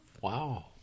Wow